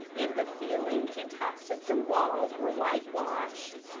and the ceiling and tops of the walls were whitewashed.